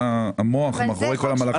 אתה המוח מאחורי כל המהלכים.